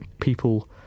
people